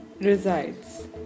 resides